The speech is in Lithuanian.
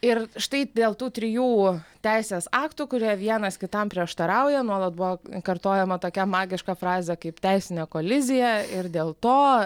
ir štai dėl tų trijų teisės aktų kurie vienas kitam prieštarauja nuolat buvo kartojama tokia magiška frazė kaip teisinė kolizija ir dėl to